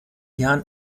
jahren